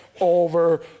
over